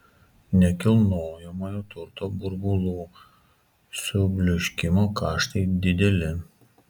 nekilnojamojo turto burbulų subliūškimo kaštai dideli